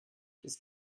ist